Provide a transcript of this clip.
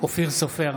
אופיר סופר,